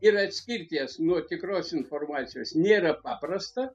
ir atskirt jas nuo tikros informacijos nėra paprasta